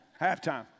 Halftime